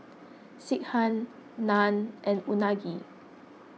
Sekihan Naan and Unagi